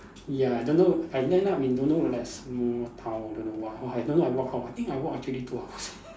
ya don't know I end up in don't know like some town don't know what !wah! I don't know I walk how I think I walk actually two hours